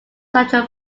central